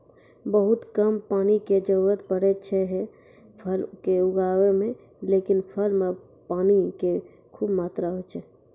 बहुत कम पानी के जरूरत पड़ै छै है फल कॅ उगाबै मॅ, लेकिन फल मॅ पानी के खूब मात्रा होय छै